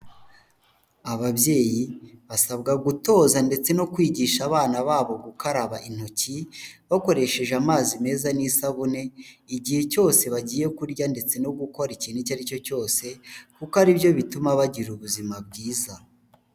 Ababyeyi basabwa gutoza ndetse no kwigisha abana babo gukaraba intoki bakoresheje amazi meza n'isabune igihe cyose bagiye kurya ndetse no gukora ikintu icyo ari cyo cyose kuko aribyo bituma bagira ubuzima bwiza.